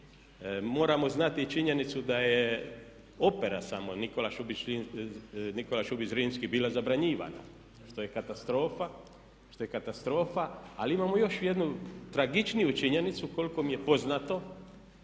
Moramo znati činjenicu da je samo opera "Nikola Šubić Zrinski" bila zabranjivana, što je katastrofa. Ali imamo još jednu tragičniju činjenicu, koliko mi je poznato